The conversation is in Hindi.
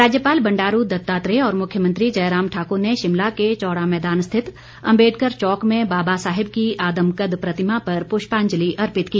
राज्यपाल बंड़ारू दत्तात्रेय और मुख्यमंत्री जयराम ठाकुर ने शिमला के चौड़ा मैदान स्थित अंबेडकर चौक में बाबा साहेब की आदमकद प्रतिमा पर पुष्पाजंलि अर्पित की